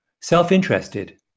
self-interested